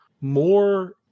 more